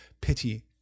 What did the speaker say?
pity